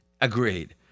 agreed